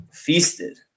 feasted